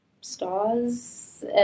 stars